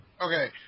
Okay